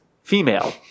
Female